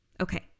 okay